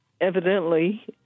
evidently